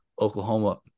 Oklahoma